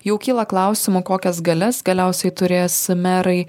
jau kyla klausimų kokias galias galiausiai turės merai